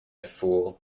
fool